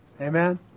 Amen